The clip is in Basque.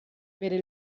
bere